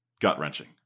gut-wrenching